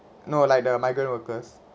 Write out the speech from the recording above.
no like the migrant workers